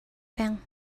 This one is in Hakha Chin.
peng